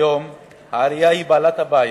כיום העירייה היא בעלת הבית,